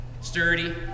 Sturdy